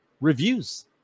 reviews